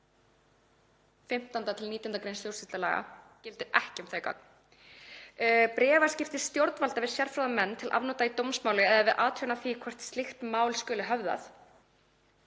15.–19. gr. stjórnsýslulaga gilda ekki um þau gögn. Bréfaskipti stjórnvalda við sérfróða menn til afnota í dómsmáli eða við athugun á því hvort slíkt mál skuli höfðað